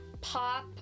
pop